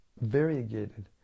variegated